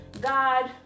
God